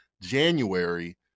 January